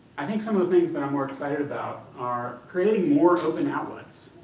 i think some of things that i'm more excited about are creating more open outlets.